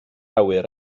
awyr